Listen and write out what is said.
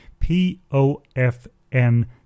POFN